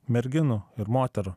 merginų ir moterų